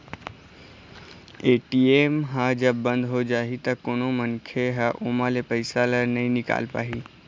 ATM ह जब बंद हो जाही त कोनो मनखे ह ओमा ले पइसा ल नइ निकाल पाही